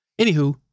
Anywho